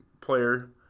player